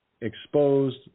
exposed